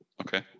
Okay